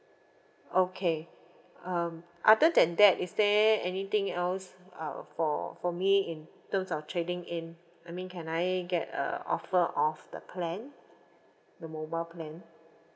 okay um other than that is there anything else uh for for me in terms of trading in I mean can I get a offer of the plan the mobile plan